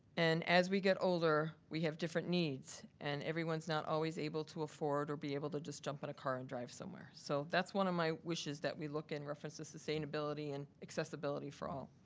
and as we get older, we have different needs. and everyone's not always able to afford, or be able to just jump in a car and drive somewhere. so that's one of my wishes that we look in reference to sustainability and accessibility for all.